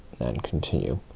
then continue,